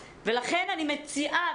ולכן אני מציעה,